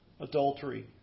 adultery